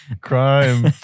crime